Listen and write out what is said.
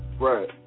right